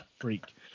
Freak